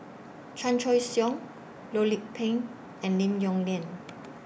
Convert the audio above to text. Chan Choy Siong Loh Lik Peng and Lim Yong Liang